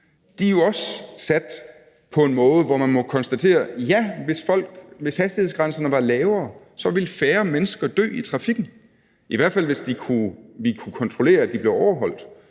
er jo også sat på en måde, hvor man må konstatere, at ja, hvis hastighedsgrænserne var lavere, ville færre mennesker dø i trafikken – i hvert fald hvis vi kunne kontrollere, at de blev overholdt.